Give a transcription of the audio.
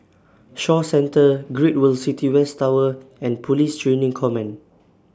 Shaw Centre Great World City West Tower and Police Training Command